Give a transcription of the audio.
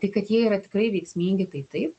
tai kad jie yra tikrai veiksmingi tai taip